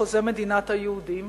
חוזה מדינת היהודים,